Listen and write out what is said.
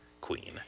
queen